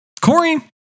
Corey